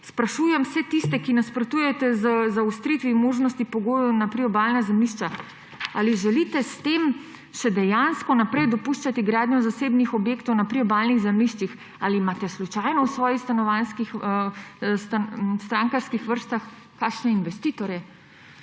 »sprašujem vse tiste, ki nasprotujete zaostritvi možnosti pogojev na priobalna zemljišča, ali želite s tem še dejansko naprej dopuščati gradnjo zasebnih objektov na priobalnih zemljiščih, ali imate v svojih strankarskih vrstah kakšne investitorje«.